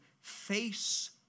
face